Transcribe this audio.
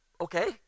Okay